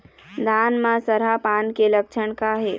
धान म सरहा पान के लक्षण का हे?